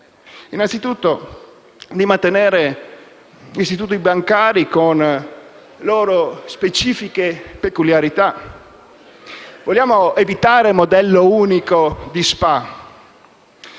innanzitutto di mantenere gli istituti bancari con le loro specifiche peculiarità. Vogliamo evitare un modello unico di SpA